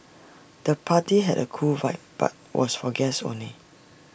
the party had A cool vibe but was for guests only